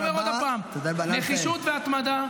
אבל אני אומר עוד פעם: נחישות והתמדה,